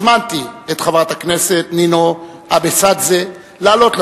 הזמנתי את חברת הכנסת נינו אבסדזה לעלות לדוכן.